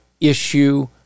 issue